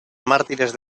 mártires